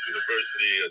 University